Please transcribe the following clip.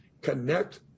connect